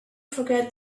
forget